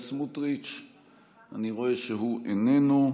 1164 ו-1193.